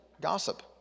gossip